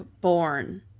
born